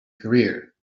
career